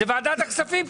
זאת ועדת הכספים.